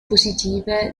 positive